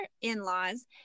in-laws